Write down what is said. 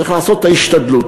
צריך לעשות את ההשתדלות.